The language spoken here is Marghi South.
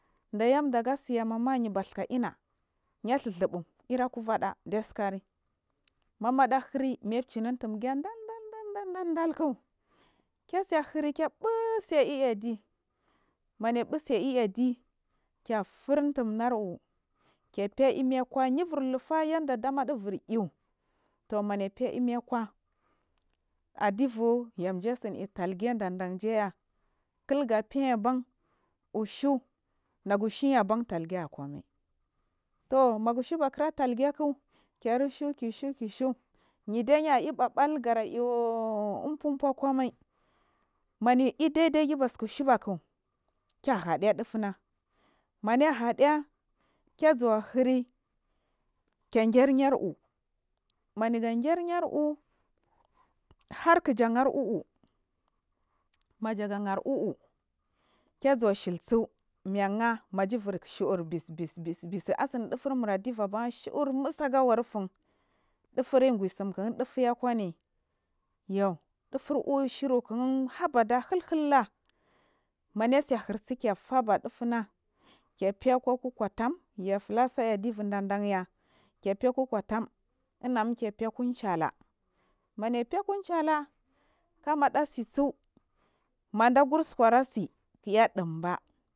Dayandu agatsuya mama mubasu ka ina ya dhazubu iraka vaɗa ɗe tsakarima amaɗa hurama shina umtumgiya ɗam dan dan dank ɗa iɗarok kisohirke fuser indi man effuse iidi key fur intumaruh keny emi kwa yuburhlufa yanda duamu ɗabur iwu jamafe me kwa tumanu fe imakwa adivu jadatsin iwta’ge danda kwaya kugafenda ushire nagu shuyaben talge kwa mai thu maga shighakira talgak kara shue seshire keshire nadey aib’a sal gara iyhu ufulifu lama mai maya idadai kebasu a shu bak keghaɗe chufuna mayan gu aɗeya kyazuwa hirikangeriyiu mu yugan gari ar’uuke zmo a shilisni mujubur shu’ur ghasgi as asingu ɗufurmu asivu ba mutsadayu ain arafun dufumi u adivu ba mutsadayu ainara fun dufur, shur’uki flinifwa jari uba ai maya sai hirtsi kiy gabo dufuna kefeko ku kwatam ja fulas a’a difu dan danya kefe ku katan hagum kefeku inchall meyifek challak amaɗa tsisu midagu uskara tsi.